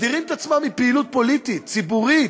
מדירים את עצמם מפעילות פוליטית, ציבורית,